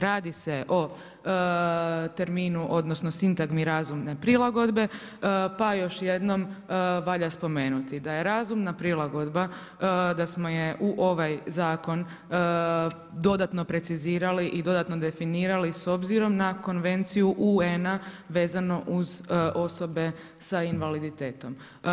Radi se o terminu, odnosno sintagmi razumne prilagodbe, pa još jednom valja spomenuti da je razumna prilagodba, da smo je u ovaj zakon dodatno precizirali i dodatno definirali s obzirom na konvenciju UN-a vezano uz osobe sa invaliditetom.